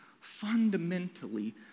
fundamentally